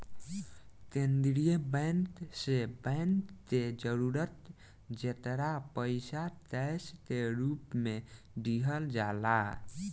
केंद्रीय बैंक से बैंक के जरूरत जेतना पईसा कैश के रूप में दिहल जाला